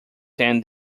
than